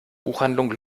buchhandlung